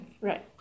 Right